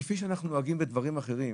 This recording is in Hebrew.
כפי שאנחנו נוהגים בדברים אחרים,